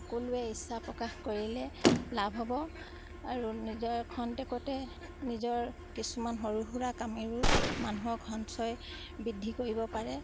সকলোৱে ইচ্ছা প্ৰকাশ কৰিলে লাভ হ'ব আৰু নিজৰ খন্তেকতে নিজৰ কিছুমান সৰু সুৰা কামেৰেও মানুহক সঞ্চয় বৃদ্ধি কৰিব পাৰে